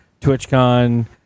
TwitchCon